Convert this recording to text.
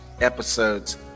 episodes